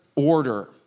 Order